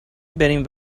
بریم